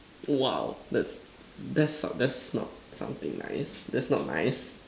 !wow! that's that's not that's not something nice that's not nice